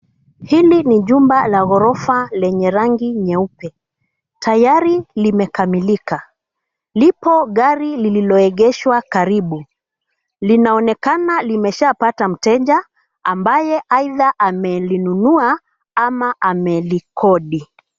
Hili ni jumba la ghorofa lenye rangi nyeupe. Tayari limekamilika. Lipo gari lililoegeshwa karibu. Linaonekana limeshaapata mteja, ambaye aidha amelinunua ama amelikodi.